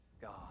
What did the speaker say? God